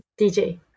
DJ